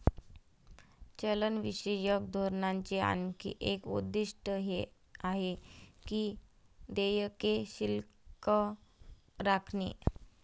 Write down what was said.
चलनविषयक धोरणाचे आणखी एक उद्दिष्ट हे आहे की देयके शिल्लक राखणे